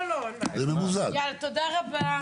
תודה רבה.